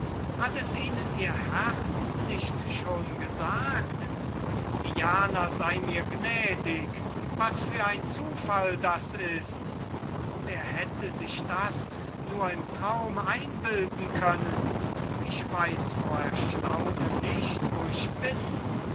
hat es ihnen ihr herz nicht schon gesagt diana sei mir gnädig was für ein zufall das ist wer hätte sich das nur im traum einbilden können ich weiß vor erstaunen nicht wo ich bin